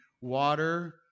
water